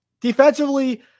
defensively